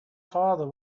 father